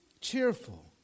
Cheerful